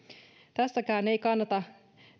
tässäkään ei kannata